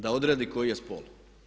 Da odredi koji je spol.